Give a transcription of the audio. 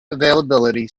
availability